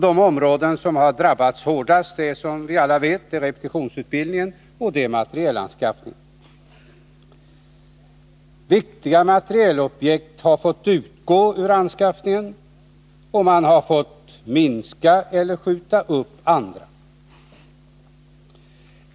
De områden som har drabbats hårdast är, som vi alla vet, repetitionsutbildningen och materielanskaffningen. Viktiga materielobjekt har fått utgå ur anskaffningen, och man har fått minska eller skjuta upp andra.